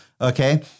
okay